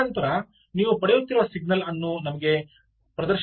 ತದನಂತರ ನೀವು ಪಡೆಯುತ್ತಿರುವ ಸಿಗ್ನಲ್ ಅನ್ನು ನಮಗೆ ಪ್ರದರ್ಶಿಸಬಹುದೇ